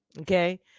Okay